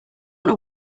know